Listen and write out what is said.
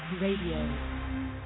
Radio